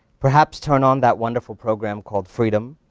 perhaps turn on that wonderful program called freedom,